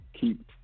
keep